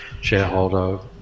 shareholder